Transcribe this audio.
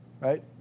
right